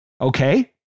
Okay